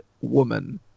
woman